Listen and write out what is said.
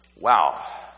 wow